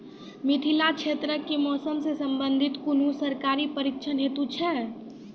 मिथिला क्षेत्रक कि मौसम से संबंधित कुनू सरकारी प्रशिक्षण हेतु छै?